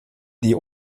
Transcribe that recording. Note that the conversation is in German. die